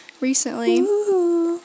recently